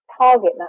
target